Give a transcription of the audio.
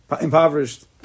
Impoverished